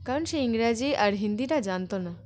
কারণ সে ইংরাজি আর হিন্দিটা জানত না